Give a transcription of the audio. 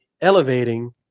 elevating